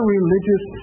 religious